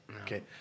Okay